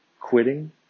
quitting